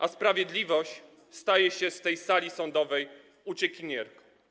A sprawiedliwość staje się z tej sali sądowej uciekinierką.